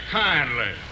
kindly